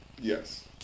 Yes